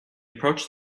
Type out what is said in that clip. approached